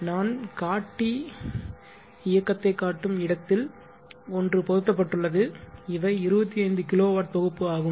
நான் காட்டி இயக்கத்தைக் காட்டும் இடத்தில் ஒன்று பொருத்தப்பட்டுள்ளது இவை 25 kWதொகுப்பு ஆகும்